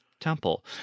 temple